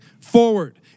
forward